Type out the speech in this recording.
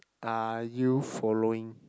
are you following